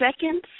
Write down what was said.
seconds